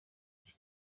iki